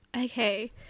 Okay